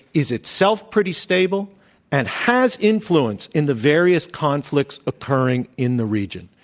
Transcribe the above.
is itself pretty stable and has influence in the various conflicts occurring in the region.